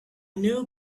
know